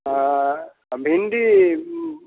आ भिंडी